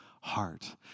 heart